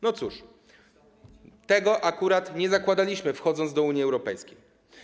No cóż, tego akurat nie zakładaliśmy, wchodząc do Unii Europejskiej.